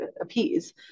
appease